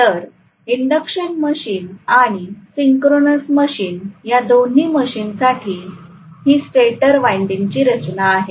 तर induction machine आणि synchronous machine या दोन्ही मशीन साठी ही स्टेटर वाइंडिंगची रचना आहे